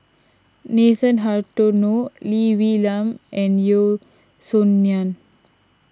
Nathan Hartono Lee Wee Nam and Yeo Song Nian